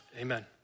Amen